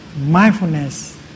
mindfulness